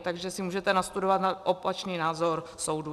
Takže si můžete nastudovat opačný názor soudu.